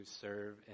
serve